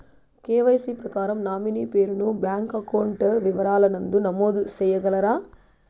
KYC ప్రకారం nominee పేరు ను బ్యాంకు అకౌంట్ వివరాల నందు నమోదు సేయగలరా?